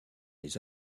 les